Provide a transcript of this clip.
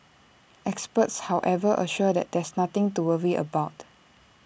experts however assure that there's nothing to worry about